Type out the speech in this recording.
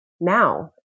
now